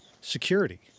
security